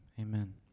amen